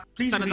Please